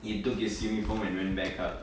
he took his uniform and went back up